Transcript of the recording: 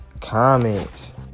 Comments